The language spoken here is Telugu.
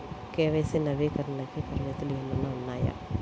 కే.వై.సి నవీకరణకి పరిమితులు ఏమన్నా ఉన్నాయా?